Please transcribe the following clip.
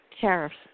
tariffs